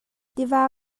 tiva